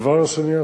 הדבר השני,